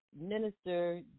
Minister